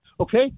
Okay